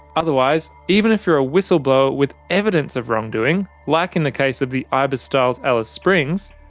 otherwise, even if you're a whistleblower with evidence of wrongdoing, like in the case of the ibis styles alice springs,